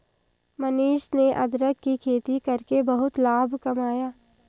मनीष ने अदरक की खेती करके बहुत लाभ कमाया